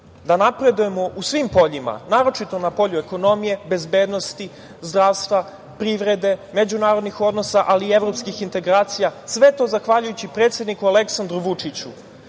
da napredujemo u svim poljima, naročito na polju ekonomije, bezbednosti, zdravstva, privrede, međunarodnih odnosa, ali i evropskih integracija, sve to zahvaljujući predsedniku Aleksandru Vučiću. Mi